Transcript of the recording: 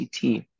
CT